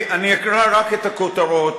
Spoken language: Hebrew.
אני אקרא רק את הכותרות,